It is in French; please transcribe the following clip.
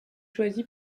choisi